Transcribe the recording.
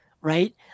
right